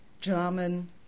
German